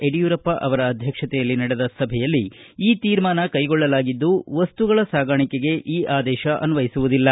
ಯಡಿಯೂರಪ್ಪ ಅಧ್ಯಕ್ಷತೆಯಲ್ಲಿ ನಡೆದ ಸಭೆಯಲ್ಲಿ ಈ ತೀರ್ಮಾನ ಕೈಗೊಳ್ಳಲಾಗಿದ್ದು ವಸ್ತುಗಳ ಸಾಗಾಣಿಕೆಗೆ ಈ ಆದೇಶ ಅನ್ವಯಿಸುವುದಿಲ್ಲ